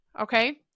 okay